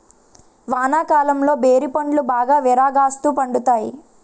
వానాకాలంలో బేరి పండ్లు బాగా విరాగాస్తు పండుతాయి